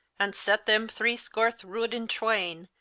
and set them threescore rood in twaine,